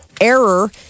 error